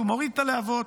הוא מוריד את הלהבות?